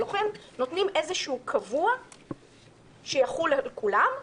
לכן נותנים איזשהו קבוע שיחול על כולן.